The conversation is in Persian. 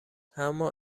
اما